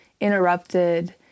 interrupted